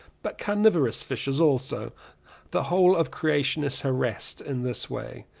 but carniverous fishes also the whole of creation is harassed in this way.